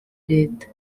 leta